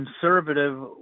conservative